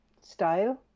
style